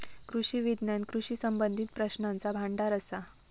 कृषी विज्ञान कृषी संबंधीत प्रश्नांचा भांडार असा